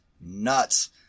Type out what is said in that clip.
nuts